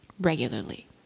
regularly